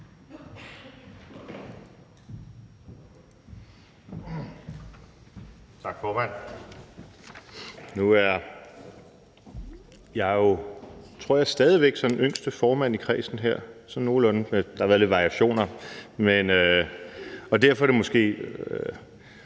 Tak, formand. Nu er jeg jo, tror jeg, stadig væk sådan yngste formand i kredsen her – sådan nogenlunde; der har været lidt variationer – og man skal måske